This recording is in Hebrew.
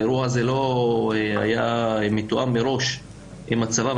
האירוע הזה לא היה מתואם מראש עם הצבא,